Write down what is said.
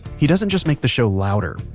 he doesn't just make the show louder,